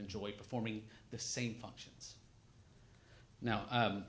enjoy performing the same function now